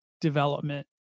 development